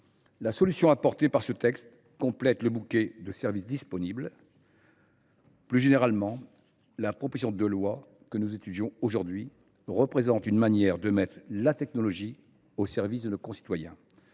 La solution apportée par ce texte complète le bouquet de services disponibles. Plus généralement, la proposition de loi que nous étudions aujourd’hui représente une manière de mettre la technologie au service de nos concitoyens,